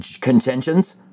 Contentions